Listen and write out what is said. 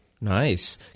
Nice